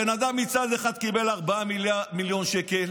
הבן אדם מצד אחד קיבל 4 מיליון שקל,